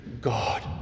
God